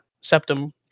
septum